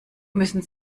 müssen